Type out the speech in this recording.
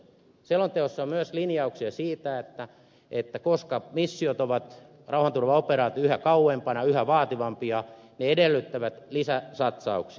selonteossa on myös linjauksia siitä että koska missiot rauhanturvaoperaatiot ovat yhä kauempana yhä vaativampia ne edellyttävät lisäsatsauksia